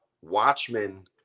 Watchmen